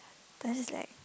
then it's ike